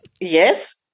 Yes